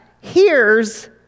hears